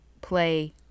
play